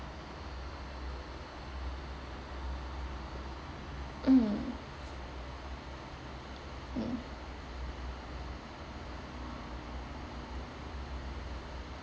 mm mm